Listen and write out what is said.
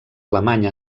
alemany